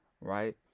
right